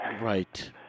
Right